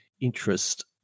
interest